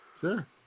Sure